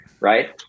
Right